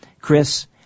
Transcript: Chris